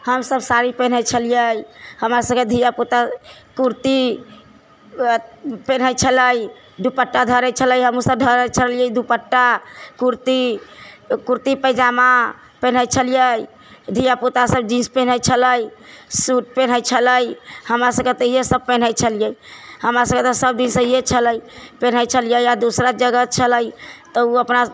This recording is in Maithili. हमसब साड़ी पहिरै छलिऐ हमरा सभके धिया पुता कुर्ती पेन्हइ छलै दुपट्टा धरै छलै हमहुँ सब धरै छलिऐ दुपट्टा कुर्ती कुर्ती पैजामा पेन्हइ छलै धिया पुता सब जिन्स पेन्हइ छलै सुट पेन्हइ छलै हमरा सबकेँ तऽ इहे सब पेन्हइ छलिऐ हमरा सबकेँ सब दिन से इहे छलै पेनहै छलिऐ आ दोसरा जगह छलिऐ